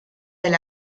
del